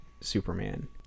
Superman